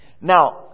Now